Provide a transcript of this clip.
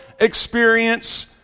experience